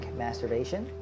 masturbation